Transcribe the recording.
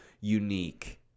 unique